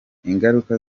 ingaruka